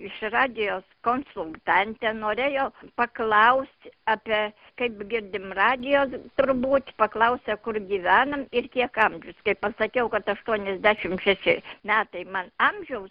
iš radijos konsultantė norėjo paklausti apie kaip girdim radiją turbūt paklausė kur gyvenam ir kiek amžius pasakiau kad aštuoniasdešim šeši metai man amžiaus